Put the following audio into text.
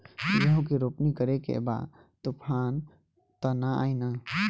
गेहूं के रोपनी करे के बा तूफान त ना आई न?